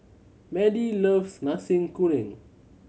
Madie loves Nasi Kuning